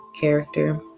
character